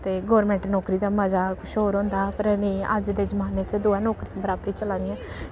ते गौरमैंट नौकरी दा मजा कुछ होर होंदा पर नेईं अज्ज दे जमान्ने च दोऐ नौकरियां बराबर गै चला दियां